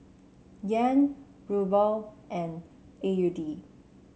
Yen Ruble and A U D